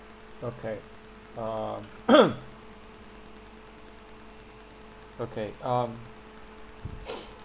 okay um okay um